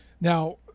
Now